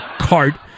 cart